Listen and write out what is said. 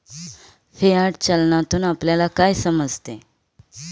Fiat चलनातून आपल्याला काय समजते?